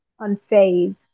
unfazed